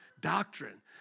Doctrine